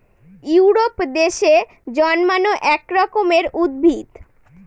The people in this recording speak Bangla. ইউরোপ দেশে জন্মানো এক রকমের উদ্ভিদ